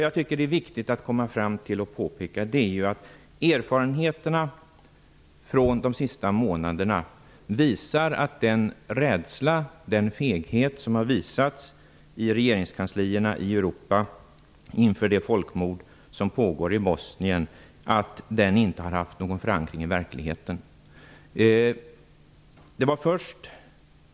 Jag tycker att det är viktigt att påpeka att erfarenheterna de senaste månaderna visar att den rädsla och feghet som regeringskanslierna i Europa har haft inför det folkmord som pågår i Bosnien inte har haft någon förankring i verkligheten.